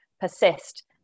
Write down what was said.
persist